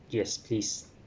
yes please